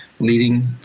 Leading